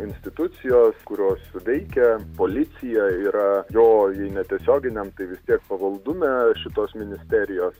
institucijos kurios veikia policijoj yra jo jei netiesioginiam tai vis tiek pavaldume šitos ministerijos